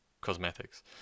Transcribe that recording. cosmetics